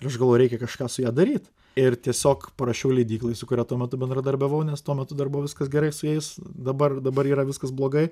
ir aš galvoju reikia kažką su ja daryt ir tiesiog parašiau leidyklai su kuria tuo metu bendradarbiavau nes tuo metu dar buvo viskas gerai su jais dabar dabar yra viskas blogai